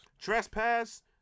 Trespass